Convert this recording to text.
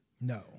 No